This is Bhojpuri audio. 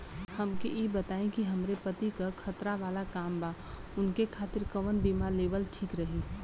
हमके ई बताईं कि हमरे पति क खतरा वाला काम बा ऊनके खातिर कवन बीमा लेवल ठीक रही?